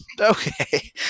Okay